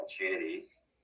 opportunities